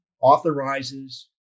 authorizes